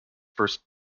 first